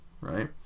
right